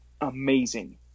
amazing